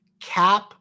Cap